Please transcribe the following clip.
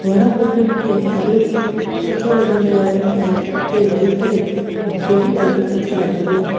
वण ॿूटिन खे ॾाढो ई सुठो लॻंदो आहे ऐं उते वही करे मूंखे बि ॾाढो सुठो लॻंदो आहे